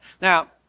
Now